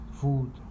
food